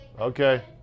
Okay